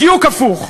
בדיוק הפוך.